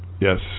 yes